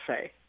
say